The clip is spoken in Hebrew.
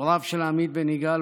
הוריו של עמית בן יגאל,